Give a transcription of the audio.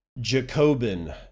Jacobin